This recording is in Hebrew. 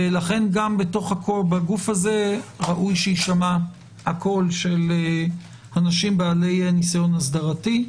לכן גם בגוף הזה ראוי שיישמע הקול של אנשים בעלי ניסיון אסדרתי.